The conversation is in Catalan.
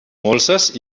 molses